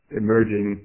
emerging